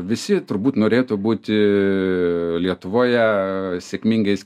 visi turbūt norėtų būti lietuvoje sėkmingais